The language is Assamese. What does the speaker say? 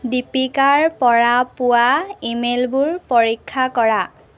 দীপিকাৰ পৰা পোৱা ইমেইলবোৰ পৰীক্ষা কৰা